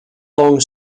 long